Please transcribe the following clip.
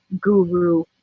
guru